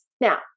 Now